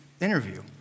interview